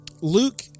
Luke